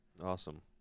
Awesome